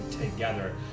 together